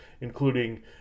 including